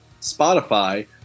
Spotify